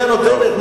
היא הנותנת,